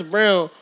Brown